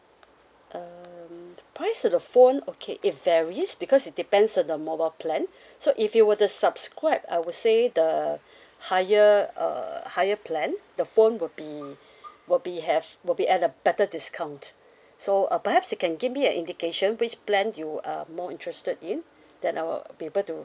um price of the phone okay if there is because it depends on the mobile plan so if you were to subscribe I would say the higher uh higher plan the phone will be will be have will be at a better discount so uh perhaps you can give me an indication which plan you are more interested in then I'll be able to